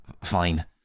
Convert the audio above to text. fine